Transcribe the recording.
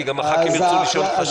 כי גם הח"כים ירצו לשאול אותך שאלות.